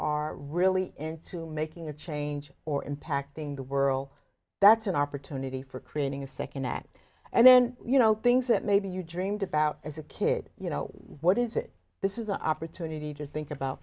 are really into making a change or impacting the world that's an opportunity for creating a second act and then you know things that maybe you dreamed about as a kid you know what is it this is an opportunity to think about